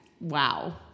Wow